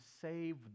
save